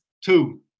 Two